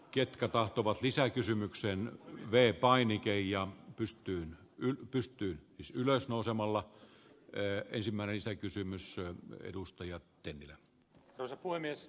ketkä tahtovat lisää kysymykseen vei paini teija pystyyn on pystyyn ylös nousemalla elää ensimmäiseen kysymyssa edustajia tilille arvoisa puhemies